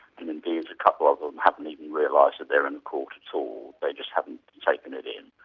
and indeed a couple of them haven't even realised that they're in court at all they just haven't taken it in.